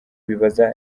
bibaza